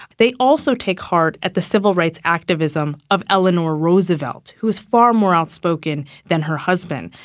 they also take heart at the civil rights activism of eleanor roosevelt who is far more outspoken than her husband.